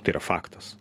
tai yra faktas